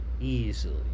easily